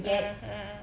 mmhmm mmhmm